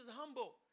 humble